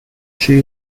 she